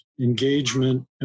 engagement